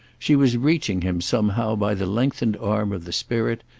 she was reaching him somehow by the lengthened arm of the spirit,